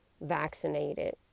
vaccinated